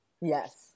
Yes